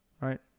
right